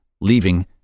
leaving